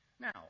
Now